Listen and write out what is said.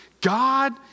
God